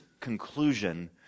conclusion